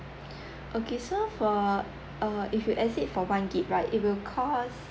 okay so for uh if you exceed for one gig~ right it will cost